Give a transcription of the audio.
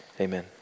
amen